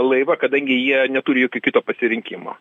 laivą kadangi jie neturi jokio kito pasirinkimo